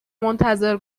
منتظر